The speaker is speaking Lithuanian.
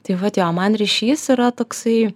tai vat jo man ryšys yra toksai